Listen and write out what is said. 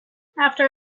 after